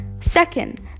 Second